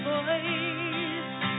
voice